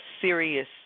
serious